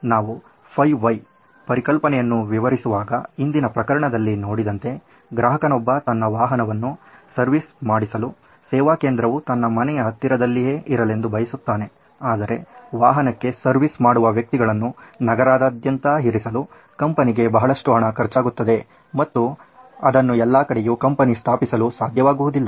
ನಾವು 5 why ಪರಿಕಲ್ಪನೆಯನ್ನು ವಿವರಿಸುವಾಗ ಹಿಂದಿನ ಪ್ರಕರಣದಲ್ಲಿ ನೋಡಿದಂತೆ ಗ್ರಾಹಕನೊಬ್ಬ ತನ್ನ ವಾಹನವನ್ನು ಸರ್ವಿಸ್ ಮಾಡಿಸಲು ಸೇವಾ ಕೇಂದ್ರವು ತನ್ನ ಮನೆಯ ಹತ್ತಿರದಲ್ಲಿಯೇ ಇರಲೆಂದು ಬಯಸುತ್ತಾನೆ ಆದರೆ ವಾಹನಕ್ಕೆ ಸರ್ವಿಸ್ ಮಾಡುವ ವ್ಯಕ್ತಿಗಳನ್ನು ನಗರದಾದ್ಯಂತ ಇರಿಸಲು ಕಂಪನಿಗೆ ಬಹಳಷ್ಟು ಹಣ ಖರ್ಚಾಗುತ್ತದೆ ಮತ್ತು ಅದನ್ನು ಎಲ್ಲ ಕಡೆಯೂ ಕಂಪನಿ ಸ್ಥಾಪಿಸಲು ಸಾಧ್ಯವಾಗುವುದಿಲ್ಲ